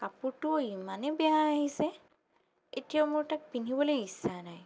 কাপোৰটো ইমানেই বেয়া আহিছে এতিয়া মোৰ তাক পিন্ধিবলৈ ইচ্ছা নাই